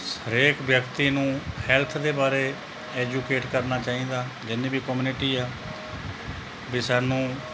ਹਰੇਕ ਵਿਅਕਤੀ ਨੂੰ ਹੈਲਥ ਦੇ ਬਾਰੇ ਐਜੂਕੇਟ ਕਰਨਾ ਚਾਹੀਦਾ ਜਿੰਨੀ ਵੀ ਕਮਿਊਨਟੀ ਆ ਵੀ ਸਾਨੂੰ